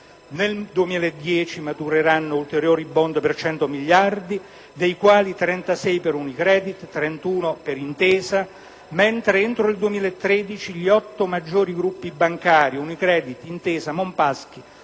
Nel 2010 matureranno ulteriori *bond* per 100 miliardi di euro, dei quali 36 per Unicredit e 31 per Intesa, mentre entro il 2013 gli otto maggiori gruppi bancari, Unicredit, Intesa, Monpaschi,